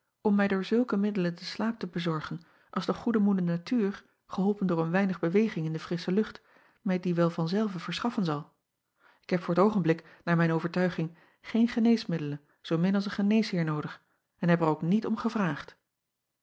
om mij door zulke middelen den slaap te bezorgen als de goede moeder natuur geholpen door een weinig beweging in de frissche lucht mij dien wel van zelve verschaffen zal k heb voor t oogenblik naar mijn overtuiging geen geneesmiddelen zoomin als een geneesheer noodig en heb er ook niet om gevraagd